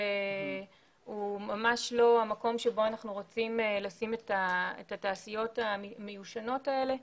זה ממש לא המקום שבו אנחנו רוצים לשים את התעשיות המיושנות האלה.